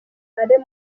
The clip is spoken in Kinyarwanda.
alain